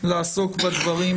לעסוק בדברים